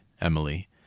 Emily